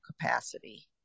capacity